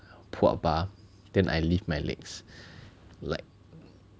then I live my legs like